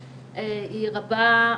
היא רבה ומתמשכת.